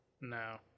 No